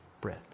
bread